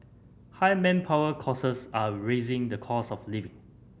high manpower are raising the cost of living